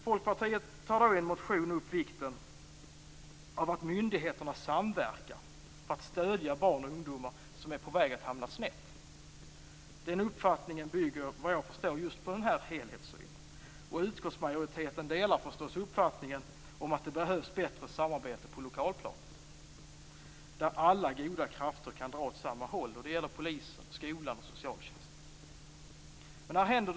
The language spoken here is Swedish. Folkpartiet tar i en motion upp vikten av att myndigheterna samverkar för att stödja barn och ungdomar som är på väg att hamna snett. Den uppfattningen bygger såvitt jag förstår just på denna helhetssyn, och utskottsmajoriteten delar förstås uppfattningen att det behövs bättre samarbete på lokalplanet där alla goda krafter kan dra åt samma håll. Det gäller polisen, skolan, socialtjänsten osv.